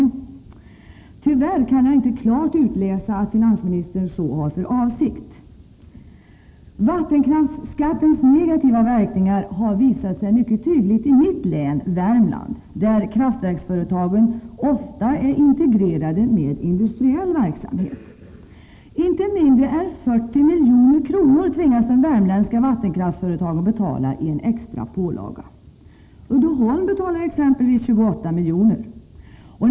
Tyvärr kan jag inte klart utläsa att finansministern så har för avsikt. Vattenkraftsskattens negativa verkningar har visat sig tydligt i mitt län, Värmland, där kraftverksföretagen ofta är integrerade med industriell verksamhet. Inte mindre än 40 milj.kr. tvingas de värmländska vattenkraftsföretagen betala i en extra pålaga. Uddeholm betalar exempelvis 28 milj.kr.